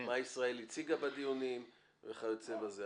מה ישראל הציגה בדיונים וכיוצא בזה.